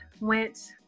Went